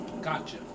Gotcha